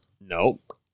Nope